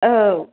औ